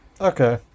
Okay